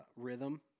rhythm